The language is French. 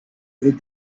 est